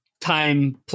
time